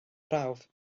prawf